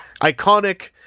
Iconic